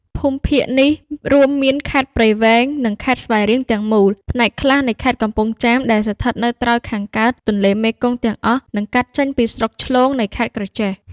ភូមិភាគនេះរួមមានខេត្តព្រៃវែង និងខេត្តស្វាយរៀងទាំងមូល ផ្នែកខ្លះនៃខេត្តកំពង់ចាមដែលស្ថិតនៅត្រើយខាងកើតទន្លេមេគង្គទាំងអស់ និងកាត់ចេញពីស្រុកឆ្លូងនៃខេត្តក្រចេះ។